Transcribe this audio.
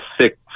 sick